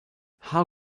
how